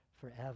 forever